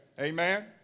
Amen